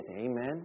Amen